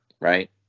right